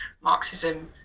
Marxism